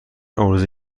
عرضه